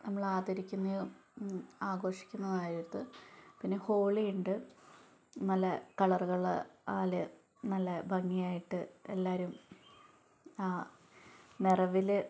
നമ്മൾ ആദരിക്കുന്നതും ആഘോഷിക്കുന്നതായത് പിന്നെ ഹോളിയുണ്ട് നല്ല കളറുകളാൽ നല്ല ഭംഗി ആയിട്ട് എല്ലാവരും ആ നിറവിൽ